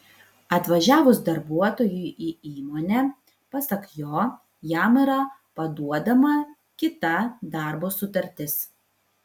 atvažiavus darbuotojui į įmonę pasak jo jam yra paduodama kita darbo sutartis